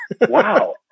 Wow